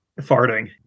farting